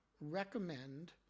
recommend